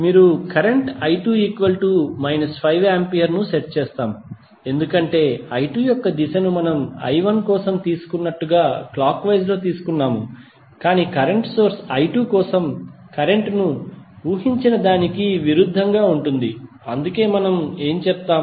మీరు current i2 5 ampere ను set చేస్తాము ఎందుకంటే i2యొక్క దిశను మనము i1 కోసం తీసుకున్నట్లుగా క్లాక్ వైస్ లో తీసుకున్నాము కాని కరెంట్ సోర్స్ i2 కోసం కరెంట్ ను ఊహించిన దానికి విరుద్ధంగా ఉంటుంది అందుకే మనం ఏమి చెబుతాము